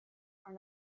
are